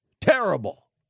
terrible